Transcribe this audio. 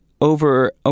over